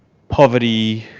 poverty,